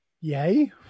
Yay